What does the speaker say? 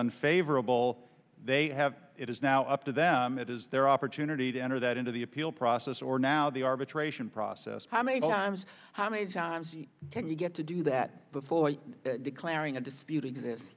unfavorable they have it is now up to them it is their opportunity to enter that into the appeal process or now the arbitration process how many times how many times can you get to do that before declaring a dispute